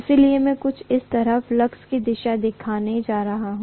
इसलिए मैं कुछ इस तरह फ्लक्स की दिशा दिखाने जा रहा हूं